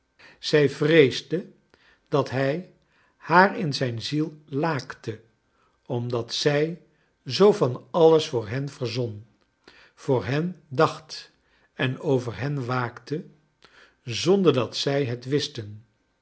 zij vreesde dat hij haar in zijn ziel laakte omdat zij zoo van alles voor hen verzon voor hen dacht en over hen waakte zonder dat zij het wisten